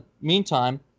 meantime